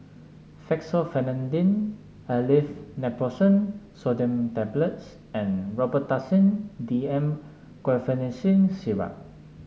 Fexofenadine Aleve Naproxen Sodium Tablets and Robitussin D M Guaiphenesin Syrup